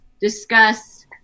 discuss